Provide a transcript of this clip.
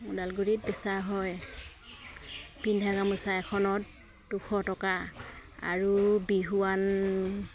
ওদালগুৰিত বেচা হয় পিন্ধা গামোচা এখনত দুশ টকা আৰু বিহুৱান